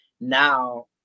now